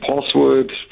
password